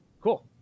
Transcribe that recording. cool